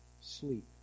sleep